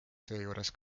seejuures